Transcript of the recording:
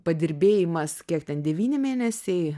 padirbėjimas kiek ten devyni mėnesiai